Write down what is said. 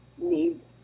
need